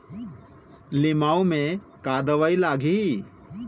लिमाऊ मे का दवई लागिही?